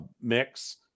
mix